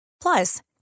Plus